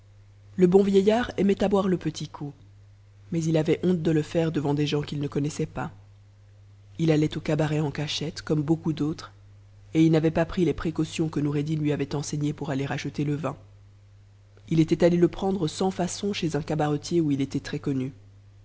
le bon vieillard aimait à boire le petit coup mais il avait honte de f faire devant des gens qu'il ne connaissait pas il allait au cabaret c cachette comme beaucoup d'autres et il n'avait pas pris les prëcaut'o que noureddin lui avait enseignées pour aller acheter le vin il était ath le prendre sans façon chez un cabaretier où il était